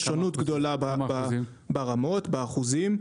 יש שונות גדולה ברמות, באחוזים.